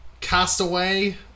Castaway